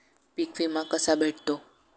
पीक विमा कसा भेटतो?